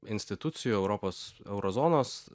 institucijų europos euro zonos